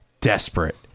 desperate